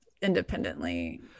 independently